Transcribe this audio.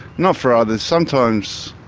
not for others. sometimes,